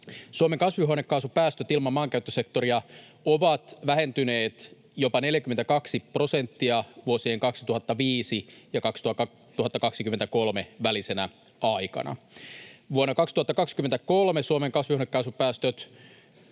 Suomen kasvihuonekaasupäästöt ilman maankäyttösektoria ovat vähentyneet jopa 42 prosenttia vuosien 2005—2023 välisenä aikana. Vuonna 2023 Suomen kasvihuonekaasupäästöt